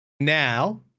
now